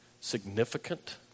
significant